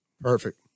Perfect